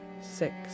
six